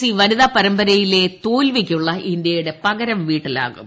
C വനിതാ പരമ്പരയിലെ തോൽവിക്കുള്ള ഇന്ത്യയുടെ പകരംവീട്ടലാകും